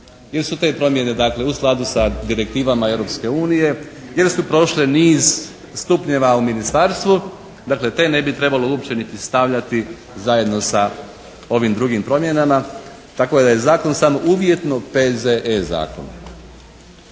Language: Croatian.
ili su te promjene dakle u skladu sa direktivama Europske unije, ili su prošle niz stupnjeva u ministarstvu, dakle te ne bi trebalo uopće niti stavljati zajedno sa ovim drugim promjenama. Tako da je zakon samo uvjetno P.Z.E. zakon.